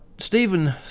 Stephen